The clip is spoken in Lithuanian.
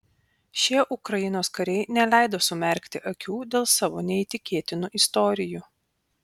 šie ukrainos kariai neleido sumerkti akių dėl savo neįtikėtinų istorijų